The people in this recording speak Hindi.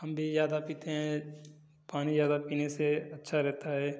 हम भी ज़्यादा पीते हैं पानी ज़्यादा पीने से अच्छा रहता है